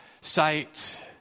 sight